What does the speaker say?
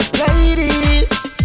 ladies